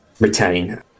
retain